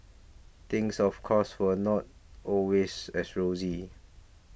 things of course were not always as rosy